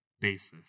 basis